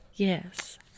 yes